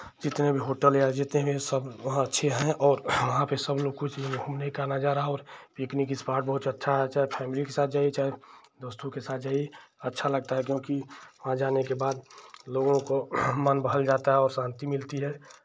जितने भी होटल या जितने भी सब वहाँ अच्छे है और वहाँ पे सब लोग कुछ घूमने का नज़ारा और पिकनिक स्पॉट बहुत अच्छा है चाहे फैमिली के साथ जाइए चाहे दोस्तों के साथ जाइए अच्छा लगता है क्योंकि वहाँ जाने के बाद लोगों को मन बहल जाता है और शांति मिलती है